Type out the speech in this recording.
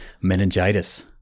meningitis